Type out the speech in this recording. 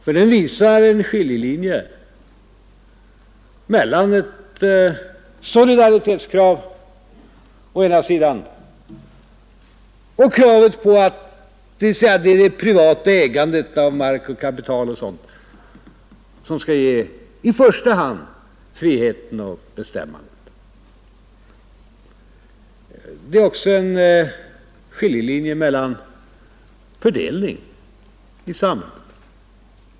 För den visar en skiljelinje mellan ett solidaritetskrav å ena sidan och kravet å den andra att det skall vara det privata ägandet av mark och kapital m.m. som i första hand skall ge friheten att bestämma. Det är också en skiljelinje när det gäller fördelning i samhället.